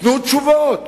תנו תשובות